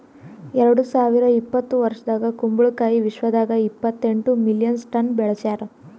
ಎರಡು ಸಾವಿರ ಇಪ್ಪತ್ತು ವರ್ಷದಾಗ್ ಕುಂಬಳ ಕಾಯಿ ವಿಶ್ವದಾಗ್ ಇಪ್ಪತ್ತೆಂಟು ಮಿಲಿಯನ್ ಟನ್ಸ್ ಬೆಳಸ್ಯಾರ್